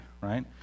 right